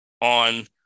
on